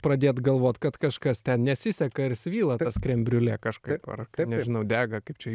pradėt galvot kad kažkas ten nesiseka ir svyla tas krembriulė kažkaip ar nežinau dega kaip čia